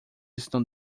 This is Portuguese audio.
estão